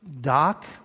Doc